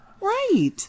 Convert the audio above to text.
right